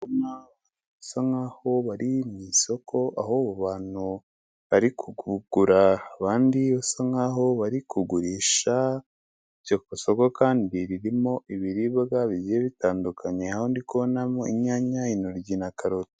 Bisa nkaho bari mu isoko aho abantu bari kugura abandi basa nkaho bari kugurisha, iryo soko kandi ririmo ibiribwa bigiye bitandukanye, aho ndimo kubonamo inyanya, intoryi na karoti.